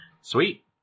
Sweet